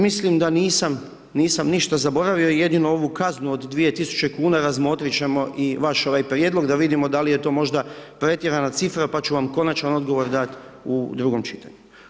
Mislim da nisam, nisam ništa zaboravio, jedino ovu kaznu od 2000 kuna, razmotrit ćemo i vaš ovaj prijedlog, da vidimo dal' je to možda pretjerana cifra, pa ću vam konačan odgovor dat' u drugom čitanju.